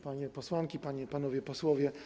Panie Posłanki i Panowie Posłowie!